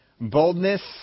Boldness